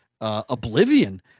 Oblivion